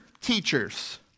teachers